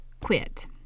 quit